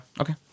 Okay